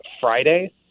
Friday